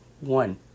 One